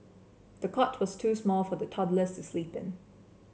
the cot was too small for the toddler